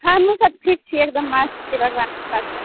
हमहूँसभ ठीक छियै एकदम मस्त छियै भगवानके कृपासँ